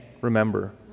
remember